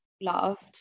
loved